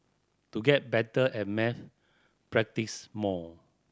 to get better at maths practise more